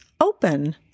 open